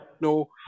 no